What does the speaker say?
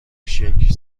شیک